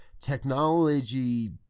technology